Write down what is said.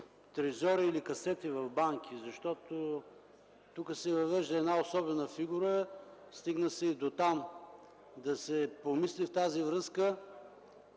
трезори или касети в банки. Тук се въвежда една особена фигура, стигна се и дотам – да се помисли в тази връзка